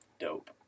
Dope